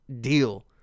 deal